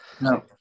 no